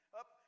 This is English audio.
up